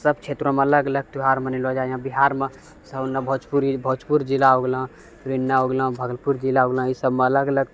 सभ क्षेत्रमे अलग अलग त्यौहार मनेलो जाइ छौँ बिहारमे सभ भोजपुरी भोजपुर जिला हो गेलौँ नालन्दा हो गेलौँ भागलपुर जिला हो गेलौँ ईसभमे अलग अलग